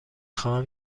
خواهم